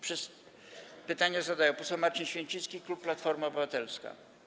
Pytanie zadaje poseł Marcin Święcicki, klub Platforma Obywatelska.